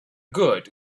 good